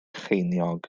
cheiniog